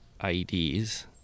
IEDs